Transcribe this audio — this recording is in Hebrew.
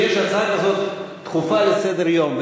כשיש הצעה דחופה כזאת לסדר-היום,